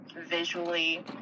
visually